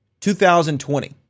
2020